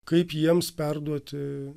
kaip jiems perduot